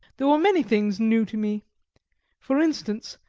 there were many things new to me for instance,